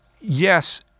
yes